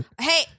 Hey